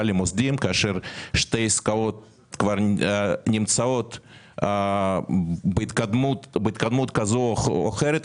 למוסדיים כאשר שתי עסקאות כבר נמצאות בהתקדמות כזו או אחרת.